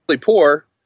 poor